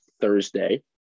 Thursday